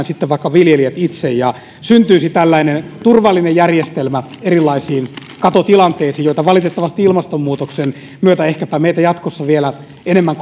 sitten vaikka viljelijät itse ja syntyisi tällainen turvallinen järjestelmä erilaisiin katotilanteisiin jotka valitettavasti ilmastonmuutoksen myötä meitä jatkossa ehkäpä vieläkin enemmän